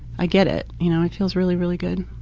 i get it. you know it feels really really good.